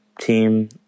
team